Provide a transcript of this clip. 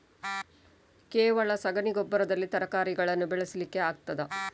ಕೇವಲ ಸಗಣಿ ಗೊಬ್ಬರದಲ್ಲಿ ತರಕಾರಿಗಳನ್ನು ಬೆಳೆಸಲಿಕ್ಕೆ ಆಗ್ತದಾ?